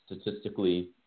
statistically